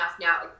now